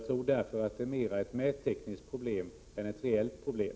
Det gäler mera ett mättekniskt problem än ett reellt problem.